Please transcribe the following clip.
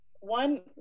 one